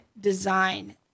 design